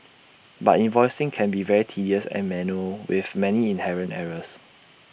but invoicing can be very tedious and manual with many inherent errors